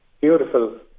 beautiful